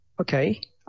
okay